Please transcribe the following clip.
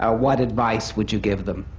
ah what advice would you give them?